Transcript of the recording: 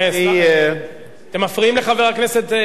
אתם מפריעים לחבר הכנסת אלסאנע.